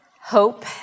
hope